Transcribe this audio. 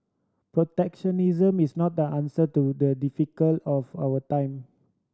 protectionism is not the answer to the difficult of our time